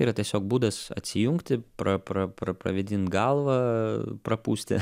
yra tiesiog būdas atsijungti pra pra pra pravėdint galvą prapūsti